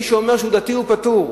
מי שאומר שהוא דתי פטור.